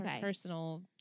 personal